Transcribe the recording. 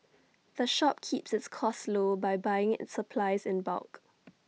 the shop keeps its costs low by buying its supplies in bulk